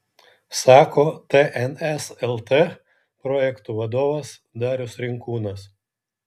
sako tns lt projektų vadovas darius rinkūnas